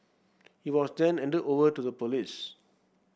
he was then handed over to the police